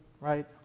right